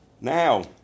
Now